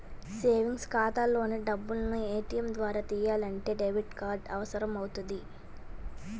savings ఖాతాలోని డబ్బుల్ని ATM ద్వారా తియ్యాలంటే డెబిట్ కార్డు అవసరమవుతుంది